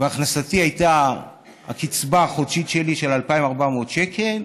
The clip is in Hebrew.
והכנסתי הייתה הקצבה החודשית שלי של 2,400 שקל,